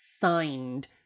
signed